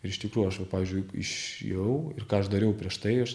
ir iš tikrųjų aš vat pavyzdžiui išėjau ir ką aš dariau prieš tai aš